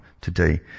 today